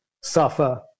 suffer